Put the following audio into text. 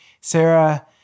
Sarah